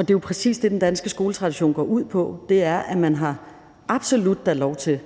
Det er jo præcis det, den danske skoletradition går ud på, nemlig at man da absolut har lov til det.